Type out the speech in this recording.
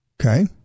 Okay